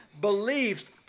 beliefs